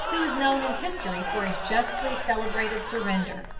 who is known in history for his justly celebrated surrender.